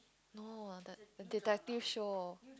no the the detective show